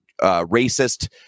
racist